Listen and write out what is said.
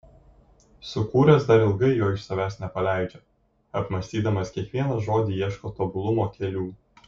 sukūręs dar ilgai jo iš savęs nepaleidžia apmąstydamas kiekvieną žodį ieško tobulumo kelių